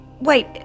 Wait